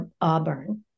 auburn